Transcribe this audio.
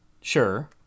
Sure